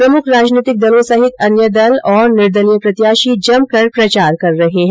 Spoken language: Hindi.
प्रमुख राजनैतिक दलों सहित अन्य दल तथ निर्देलीय प्रत्याशी जमकर प्रचार कर रहे है